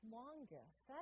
longest